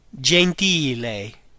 Gentile